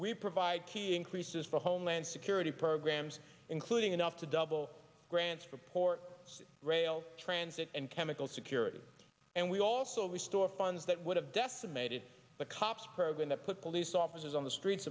we provide key increases for homeland security programs including enough to double grants for port city rail transit and chemical security and we also we store funds that would have decimated the cops program that put police officers on the streets